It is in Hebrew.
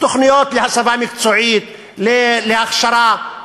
תוכניות להסבה מקצועית, להכשרה.